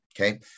okay